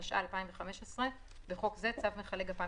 התשע"ה-2015 (בחוק זה צו מכלי גפ"מ